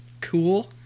Cool